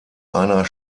einer